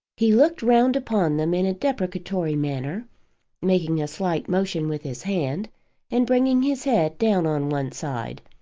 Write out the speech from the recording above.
he looked round upon them in a deprecatory manner making a slight motion with his hand and bringing his head down on one side,